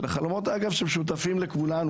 אגב, אלה חלומות שמשותפים לכולנו.